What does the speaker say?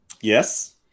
yes